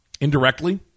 Indirectly